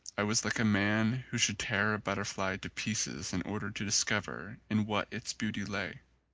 i was like a man who should tear a butterfly to pieces in order to discover in what its beauty lay.